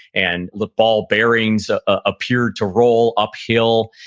and the ball bearings appeared to roll uphill.